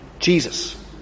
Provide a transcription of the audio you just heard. Jesus